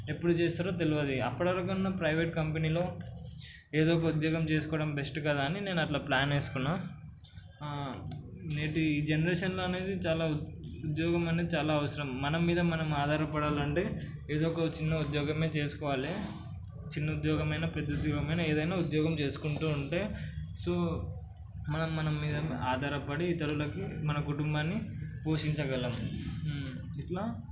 ఎప్పుడు చేస్తారో తెలియదు అప్పటివరకైనా ప్రైవేట్ కంపెనీలో ఏదో ఒక ఉద్యోగం చేసుకోవడం బెస్ట్ కదా అని నేను అట్లా ప్లాన్ వేసుకున్న నేటి ఈ జనరేషన్లో అనేది చాలా ఉద్యోగం అనేది చాలా అవసరం మన మీద మనం ఆధారపడాలి అంటే ఏదో ఒక చిన్న ఉద్యోగమే చేసుకోవాలి చిన్న ఉద్యోగమైనా పెద్ద ఉద్యోగమైన ఏదైనా ఉద్యోగం చేసుకుంటూ ఉంటే సో మనం మన మీద ఆధారపడి ఇతరులకి మన కుటుంబాన్ని పోషించగలము ఇట్లా